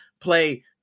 play